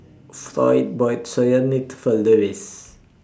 Floyd bought Soya Milk For Louis